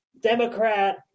democrat